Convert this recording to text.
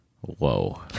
Whoa